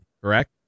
correct